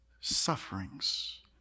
sufferings